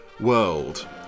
world